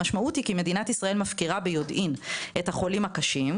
המשמעות היא כי מדינת ישראל מפקירה ביודעין את החולים הקשים,